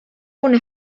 una